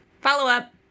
Follow-up